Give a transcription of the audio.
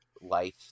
life